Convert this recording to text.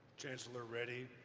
chancellor reddy,